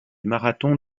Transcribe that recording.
marathon